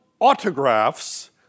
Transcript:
autographs